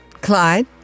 Clyde